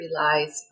relies